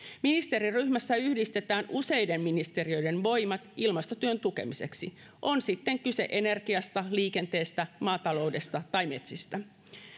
ministeriryhmässä yhdistetään useiden ministeriöiden voimat ilmastotyön tukemiseksi on sitten kyse energiasta liikenteestä maataloudesta tai metsistä